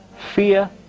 fear,